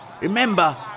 Remember